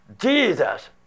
Jesus